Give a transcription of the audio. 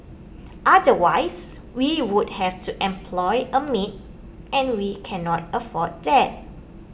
otherwise we would have to employ a maid and we cannot afford that